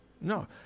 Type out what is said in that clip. No